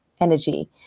energy